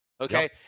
okay